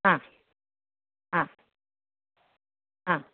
हा हा हा